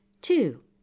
Two